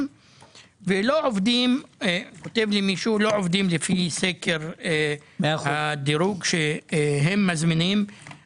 ולא עובדים לפי סקר הדירוג שהם מזמינים- כותב לי מישהו.